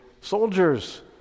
Soldiers